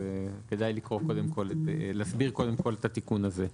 אז כדאי להסביר קודם כל את התיקון הזה.